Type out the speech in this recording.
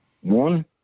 one